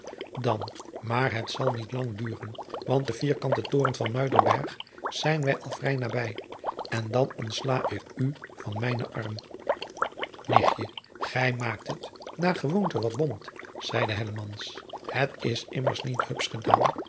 dan maar het zal niet lang duren want de vierkante toren van muiderberg zijn wij al vrij nabij en dan ontsla ik u van mijnen arm nichtje gij maakt het naar gewoonte wat bont zeide hellemans het is immes niet hups gedaan